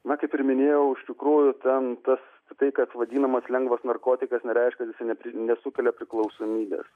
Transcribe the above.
na kaip ir minėjau iš tikrųjų ten tas tai kas vadinamas lengvas narkotikas nereiškia kad jis nepri nesukelia priklausomybės